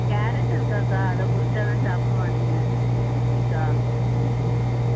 carrot இருக்காக்கா அதை பொரித்தாதான் சாப்பிடுவாங்க இருக்கா ம்